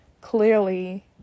clearly